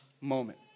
moment